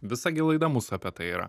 visa gi laida mūsų apie tai yra